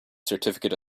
certificate